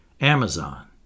Amazon